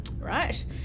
Right